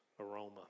aroma